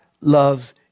loves